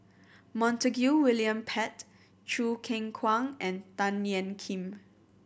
Montague William Pett Choo Keng Kwang and Tan Ean Kiam